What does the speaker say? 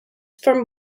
from